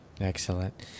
Excellent